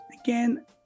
again